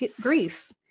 grief